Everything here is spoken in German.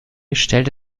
stellte